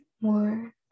more